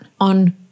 on